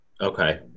Okay